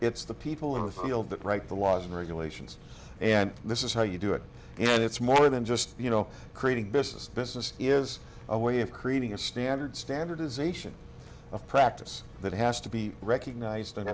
it's the people in the field that write the laws and regulations and this is how you do it and it's more than just you know creating business business is a way of creating a standard standardization of practice that has to be recognized and